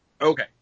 Okay